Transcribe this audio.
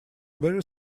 very